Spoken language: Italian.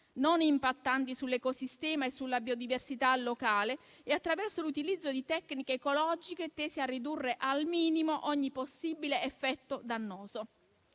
non impattanti sull'ecosistema e sulla biodiversità locale e attraverso l'utilizzo di tecniche ecologiche tese a ridurre al minimo ogni possibile effetto dannoso.